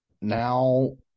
now